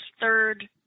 third